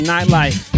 Nightlife